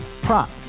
Prop